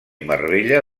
marbella